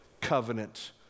covenant